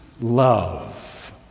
love